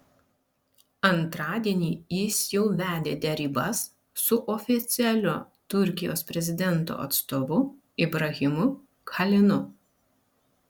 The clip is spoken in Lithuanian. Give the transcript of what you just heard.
antradienį jis jau vedė derybas su oficialiu turkijos prezidento atstovu ibrahimu kalinu